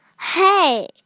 Hey